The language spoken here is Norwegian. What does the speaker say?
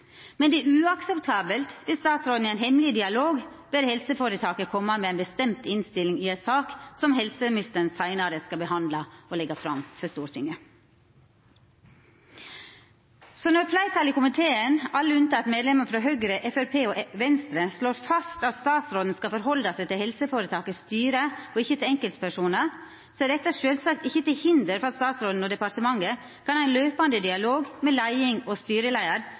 men det er uakseptabelt om statsråden i ein hemmeleg dialog ber helseføretaket koma med ei bestemt innstilling i ei sak som helseministeren seinare skal behandla og leggja fram for Stortinget. Når fleirtalet i komiteen, alle unnateke medlemane frå Høgre, Framstegspartiet og Venstre, slår fast at statsråden skal halda seg til helseføretakets styre og ikkje til enkeltpersonar, er dette sjølvsagt ikkje til hinder for at statsråden og departementet kan ha ein løpande dialog med leiing og styreleiar